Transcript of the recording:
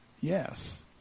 yes